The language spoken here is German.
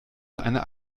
einer